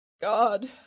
God